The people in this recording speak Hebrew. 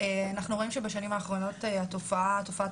אנחנו רואים שבשנים האחרונות תופעת